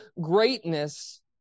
greatness